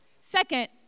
Second